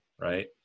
right